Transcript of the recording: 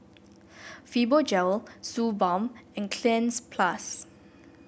Fibogel Suu Balm and Cleanz Plus